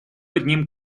одним